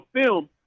film